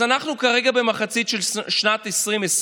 אז אנחנו כרגע במחצית של שנת 2020,